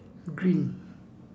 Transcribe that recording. green